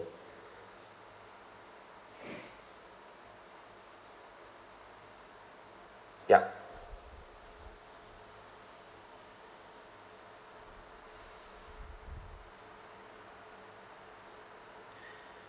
yup